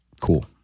cool